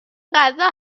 غذا